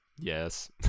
Yes